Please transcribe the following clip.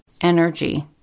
energy